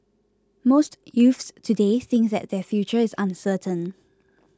most youths today think that their future is uncertain